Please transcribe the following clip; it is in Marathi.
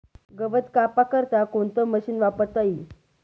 गवत कापा करता कोणतं मशीन वापरता ई?